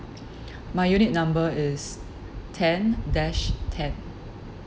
my unit number is ten dash ten